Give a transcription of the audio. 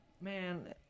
man